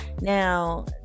Now